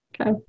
Okay